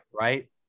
Right